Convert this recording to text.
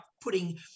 putting